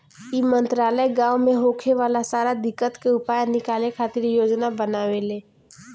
ई मंत्रालय गाँव मे होखे वाला सारा दिक्कत के उपाय निकाले खातिर योजना बनावेला